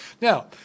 Now